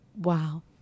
Wow